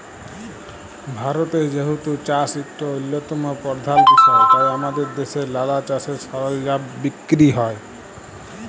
ভারতে যেহেতু চাষ ইকট অল্যতম পরধাল বিষয় তাই আমাদের দ্যাশে লালা চাষের সরলজাম বিক্কিরি হ্যয়